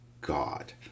God